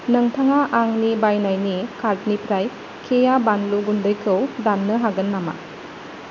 नोंथाङा आंनि बायनायनि कार्टनिफ्राय केया बानलु गुन्दैखौ दाननो हागोन नामा